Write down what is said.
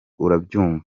urabyumva